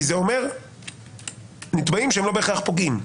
כי זה אומר שאלה נתבעים שהם לא בהכרח פוגעים.